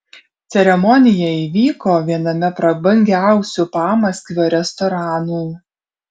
ceremonija įvyko viename prabangiausių pamaskvio restoranų